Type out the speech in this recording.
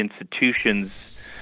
institutions